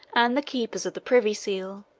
and the keepers of the privy seal,